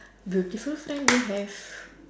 beautiful friend you have